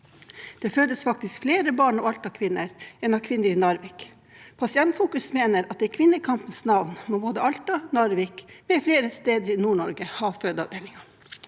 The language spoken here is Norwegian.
Det fødes faktisk flere barn av Alta-kvinner enn av kvinner i Narvik. Pasientfokus mener at i kvinnekampens navn må både Alta, Narvik med flere steder i NordNorge ha fødeavdelinger.